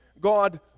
God